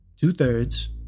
two-thirds